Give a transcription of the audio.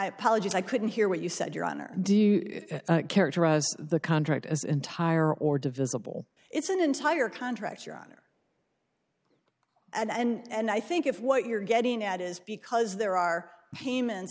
apologize i couldn't hear what you said your honor do you characterize the contract as entire or divisible it's an entire contract your honor and i think if what you're getting at is because there are payments